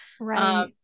Right